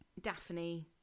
Daphne